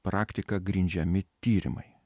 praktika grindžiami tyrimai